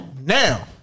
Now